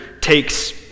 takes